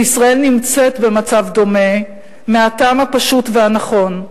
שישראל נמצאת במצב דומה, מהטעם הפשוט והנכון: